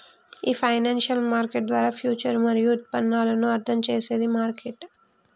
ఈ financial market ద్వారా future మరియు ఉత్పన్నాలను అర్థం చేసేది మార్కెట్